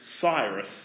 Cyrus